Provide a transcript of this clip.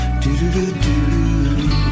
do-do-do-do